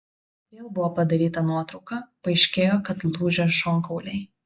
vėl buvo padaryta nuotrauka paaiškėjo kad lūžę šonkauliai